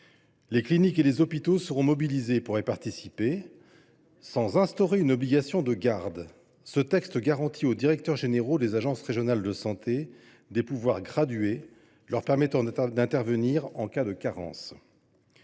Les cliniques et les hôpitaux seront mobilisés pour y participer. Sans instaurer une obligation de garde, ce texte garantit aux directeurs généraux des agences régionales de santé des pouvoirs gradués leur permettant d’intervenir en cas de carence.